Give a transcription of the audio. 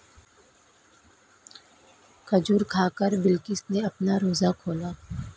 खजूर खाकर बिलकिश ने अपना रोजा खोला